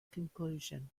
conclusion